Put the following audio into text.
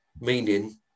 Meaning